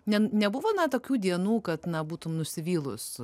ne nebuvo na tokių dienų kad na būtum nusivylus